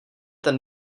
ten